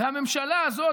הממשלה הזאת,